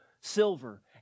silver